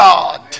God